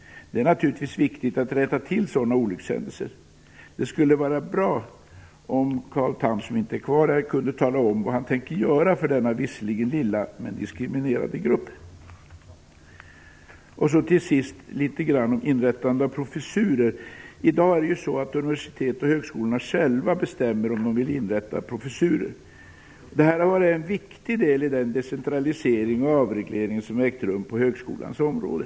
Det är naturligtvis viktigt att räta till sådana olyckshändelser. Det skulle vara bra om Carl Tham, som inte inte längre finns här i kammaren, kunde tala om vad han tänker göra för denna visserligen lilla men diskriminerade grupp. Till sist litet grand om inrättandet av professurer. I dag bestämmer ju universiteten och högskolorna själva om de vill inrätta professurer. Detta har varit en viktig del i den decentralisering och avreglering som har ägt rum på högskolans område.